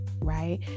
right